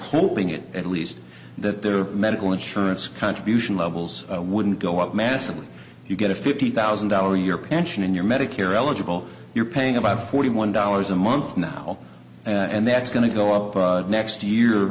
hoping it at least that there are medical insurance contribution levels wouldn't go up massively you get a fifty thousand dollar your pension in your medicare eligible you're paying about forty one dollars a month now and that's going to go up next